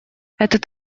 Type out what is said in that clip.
этот